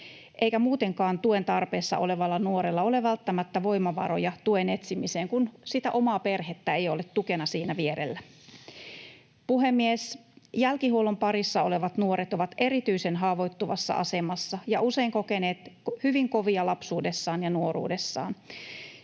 eikä muutenkaan tuen tarpeessa olevalla nuorella ole välttämättä voimavaroja tuen etsimiseen, kun sitä omaa perhettä ei ole tukena siinä vierellä. Puhemies! Jälkihuollon parissa olevat nuoret ovat erityisen haavoittuvassa asemassa ja usein kokeneet hyvin kovia lapsuudessaan ja nuoruudessaan.